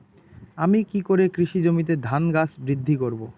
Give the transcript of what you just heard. আমি কী করে কৃষি জমিতে ধান গাছ বৃদ্ধি করব?